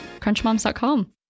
Crunchmoms.com